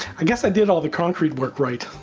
i guess i did all the concrete work right!